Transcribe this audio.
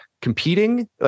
competing